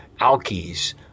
alkies